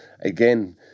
again